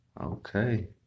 Okay